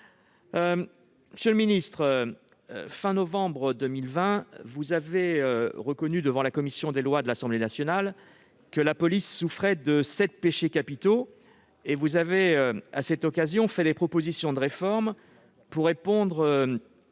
Monsieur le ministre, à la fin du mois de novembre 2020, vous avez reconnu devant la commission des lois de l'Assemblée nationale que la police souffrait de sept péchés capitaux. Vous avez, à cette occasion, fait des propositions de réforme pour répondre,